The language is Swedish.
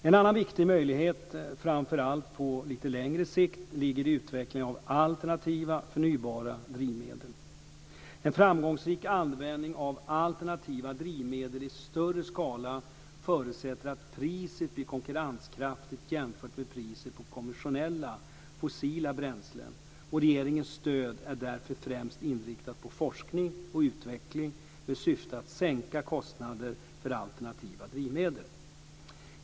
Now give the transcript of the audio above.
En annan viktig möjlighet, framför allt på lite längre sikt, ligger i utvecklingen av alternativa, förnybara drivmedel. En framgångsrik användning av alternativa drivmedel i större skala förutsätter att priset blir konkurrenskraftigt jämfört med priset på konventionella, fossila bränslen. Regeringens stöd är därför främst inriktat på forskning och utveckling med syfte att sänka kostnaderna för alternativa drivmedel.